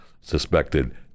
suspected